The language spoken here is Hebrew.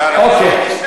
אוקיי.